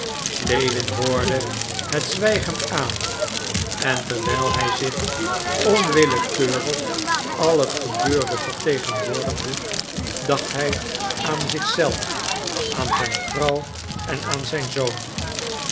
lewin hoorde het zwijgend aan en terwijl hij zich onwillekeurig al het gebeurde vertegenwoordigde dacht hij aan zich zelf aan zijn vrouw en aan zijn zoon